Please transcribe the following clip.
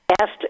asked